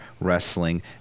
wrestling